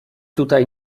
tutaj